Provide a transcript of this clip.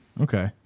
Okay